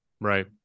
Right